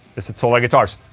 is it solar guitars?